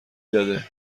داده